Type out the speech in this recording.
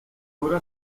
obra